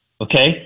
okay